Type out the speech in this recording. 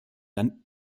dann